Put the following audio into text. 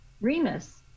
Remus